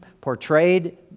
portrayed